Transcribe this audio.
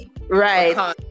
right